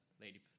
lady